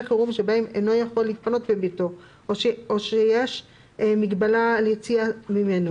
חירום שבהם אינו יכול להתפנות מביתו או שיש מגבלה על יציאה ממנו,